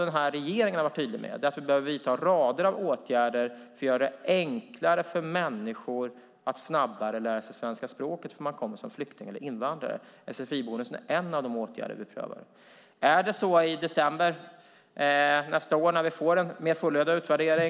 Det jag och regeringen varit tydliga med är att vi behöver vidta rader av åtgärder för att göra det enklare för människor att snabbare lära sig svenska språket när man kommer som flykting eller invandrare. Sfi-bonusen är en av de åtgärder vi prövar. I december nästa år får vi en mer fullödig utvärdering.